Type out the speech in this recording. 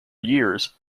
years